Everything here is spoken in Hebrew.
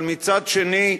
אבל מצד שני,